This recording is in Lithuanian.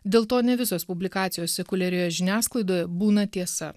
dėl to ne visos publikacijos sekuliarioje žiniasklaidoje būna tiesa